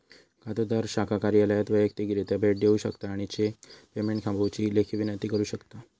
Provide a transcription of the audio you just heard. खातोदार शाखा कार्यालयात वैयक्तिकरित्या भेट देऊ शकता आणि चेक पेमेंट थांबवुची लेखी विनंती करू शकता